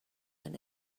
and